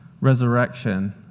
resurrection